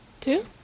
Two